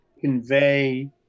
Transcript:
convey